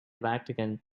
vatican